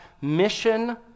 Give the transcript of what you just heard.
mission